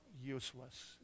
useless